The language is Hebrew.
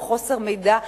או את חוסר המידע,